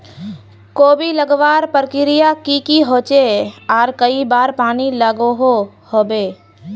कोबी लगवार प्रक्रिया की की होचे आर कई बार पानी लागोहो होबे?